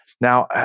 now